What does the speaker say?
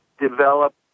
develop